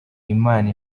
imana